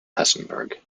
hessenberg